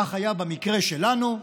כך היה במקרה שלנו.